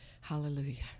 Hallelujah